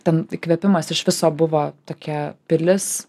ten įkvėpimas iš viso buvo tokia pilis